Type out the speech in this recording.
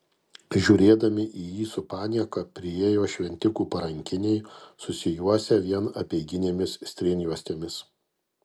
žiūrėdami į jį su panieka priėjo šventikų parankiniai susijuosę vien apeiginėmis strėnjuostėmis